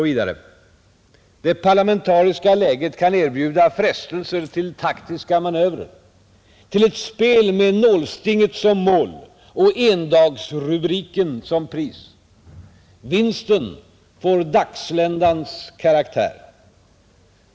Vidare: Det parlamentariska läget kan erbjuda frestelser till taktiska manövrer, till ett spel med nålstinget som mål och endagsrubriken som pris. Vinsten får dagsländans karaktär.